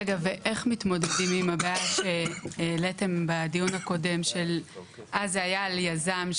רגע ואיך מתמודדים עם הבעיה שהעליתים בדיון הקודם שאז זה היה על יזם,